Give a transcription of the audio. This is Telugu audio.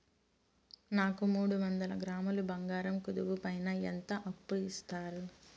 నాకు మూడు వందల గ్రాములు బంగారం కుదువు పైన ఎంత అప్పు ఇస్తారు?